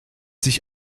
sich